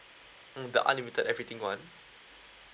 mm the unlimited everything one